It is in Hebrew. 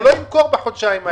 הוא לא ימכור בחודשיים האלה.